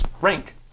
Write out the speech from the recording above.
rank